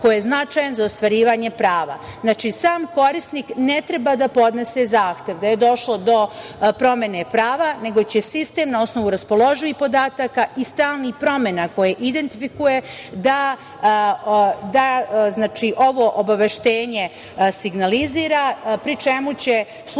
koje je značajan za ostvarivanje prava. Znači, sam korisnik ne treba da podnese zahtev da je došlo do promene prava, nego će sistem na osnovu raspoloživih podataka i stalnih promena koje identifikuje da ovo obaveštenje signalizira, pri čemu će službeno